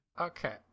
okay